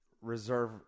reserve